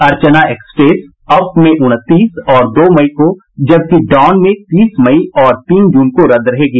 अर्चना express up में उनतीस और दो मई को जबकि डाउन में तीस मई और तीन जून को रद्द रहेगी